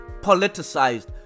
politicized